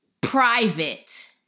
private